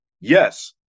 yes